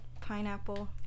Pineapple